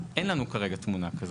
אין לנו כרגע תמונה כזאת.